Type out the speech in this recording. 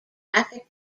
traffic